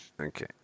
okay